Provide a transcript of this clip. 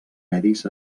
medis